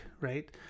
right